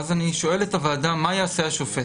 ואז אני שואל הוועדה: מה יעשה השופט?